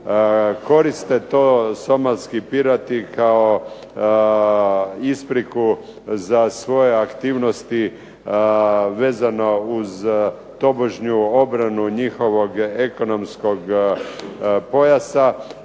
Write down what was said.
Koriste to somalski pirati kao ispriku za svoje aktivnosti vezano uz tobožnju obranu njihovog ekonomskog pojasa